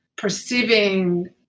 perceiving